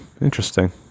Interesting